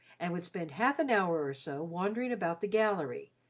and would spend half an hour or so wandering about the gallery,